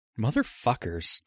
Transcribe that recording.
Motherfuckers